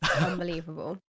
unbelievable